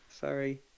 Sorry